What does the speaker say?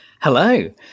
hello